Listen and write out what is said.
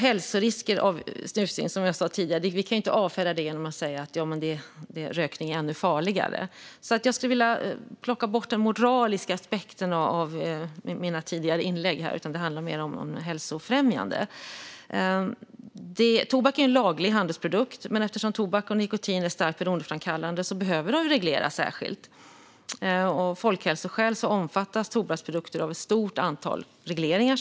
Vi kan inte avfärda hälsorisker av snusning genom att säga att rökning är ännu farligare. Jag skulle vilja plocka bort den moraliska aspekten av mina tidigare inlägg. Det handlar mer om hälsofrämjande. Tobak är en laglig handelsprodukt. Men eftersom tobak och nikotin är starkt beroendeframkallande behöver de regleras särskilt. Av folkhälsoskäl omfattas tobaksprodukter som vi vet av ett stort antal regleringar.